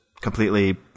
completely